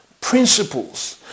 principles